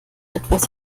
etwas